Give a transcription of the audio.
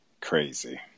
Crazy